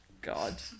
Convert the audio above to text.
God